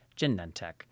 Genentech